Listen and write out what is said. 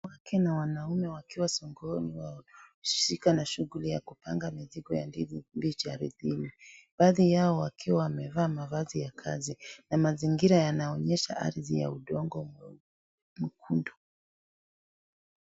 Wanawake na wanaume wakiwa sokoni shikari na shughuli ya kupanga mizigo yalizo mbichi ardhini baadhi yao wakiwa wamevaa mavazi ya kazi na mazingira yanaonyesha ardhi ya udongo mwekundu.